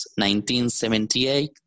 1978